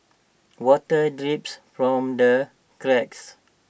water drips from the cracks